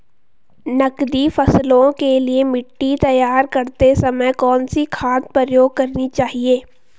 नकदी फसलों के लिए मिट्टी तैयार करते समय कौन सी खाद प्रयोग करनी चाहिए?